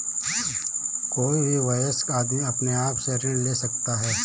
कोई भी वयस्क आदमी अपने आप से ऋण ले सकता है